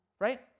right